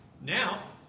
Now